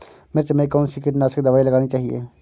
मिर्च में कौन सी कीटनाशक दबाई लगानी चाहिए?